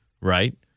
right